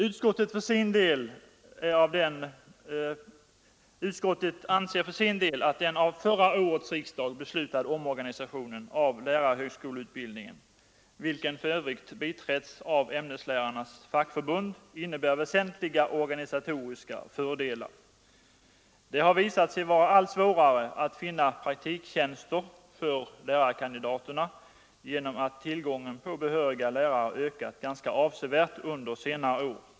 Utskottet anser för sin del att den av förra årets riksdag beslutade omorganisationen av lärarhögskoleutbildningen — vilken för övrigt tillstyrkts av ämneslärarnas fackförbund — innebär väsentliga organisatoriska fördelar. Det har visat sig allt svårare att finna praktiktjänster för lärarkandidaterna genom att tillgången på behöriga lärare ökat avsevärt under senare år.